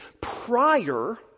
prior